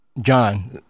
John